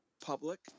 public